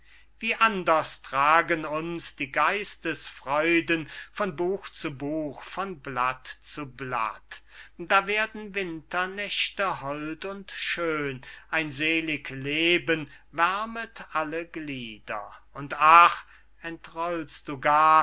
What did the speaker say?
wie anders tragen uns die geistesfreuden von buch zu buch von blatt zu blatt da werden winternächte hold und schön ein selig leben wärmet alle glieder und ach entrollst du gar